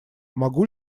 могу